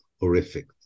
horrific